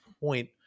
point